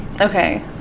Okay